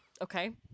Okay